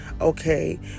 okay